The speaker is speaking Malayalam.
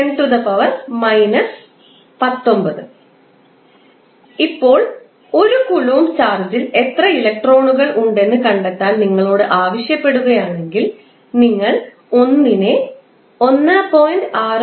602 ∗ 10 19 ഇപ്പോൾ 1 കൂലോംബ് ചാർജിൽ എത്ര ഇലക്ട്രോണുകൾ ഉണ്ടെന്ന് കണ്ടെത്താൻ നിങ്ങളോട് ആവശ്യപ്പെടുകയാണെങ്കിൽ നിങ്ങൾ 1 നെ 1